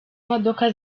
imodoka